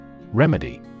Remedy